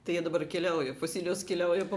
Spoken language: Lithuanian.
tai jie dabar keliauja fosilijos keliauja po